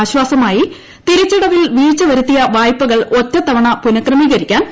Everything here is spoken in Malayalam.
ആശ്വാസമായി തിരിച്ചടവിൽ വീഴ്ച വരുത്തിയ വായ്പകൾ ഒറ്റത്തവണ പുനഃക്രമീകരിക്കാൻ ആർ